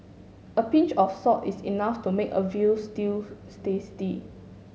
a pinch of salt is enough to make a veal stew tasty